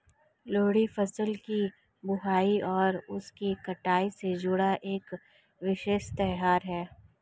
लोहड़ी फसल की बुआई और उसकी कटाई से जुड़ा एक विशेष त्यौहार है